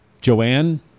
Joanne